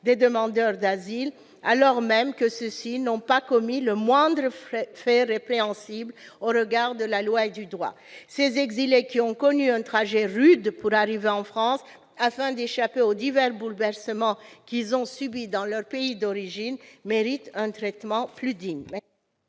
des demandeurs d'asile, alors même que ces derniers n'ont pas commis le moindre fait répréhensible au regard de la loi et du droit. Ces exilés, qui ont parcouru un trajet difficile pour arriver en France, afin d'échapper aux divers bouleversements qu'ils ont subis dans leurs pays d'origine, méritent un traitement plus digne.